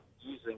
using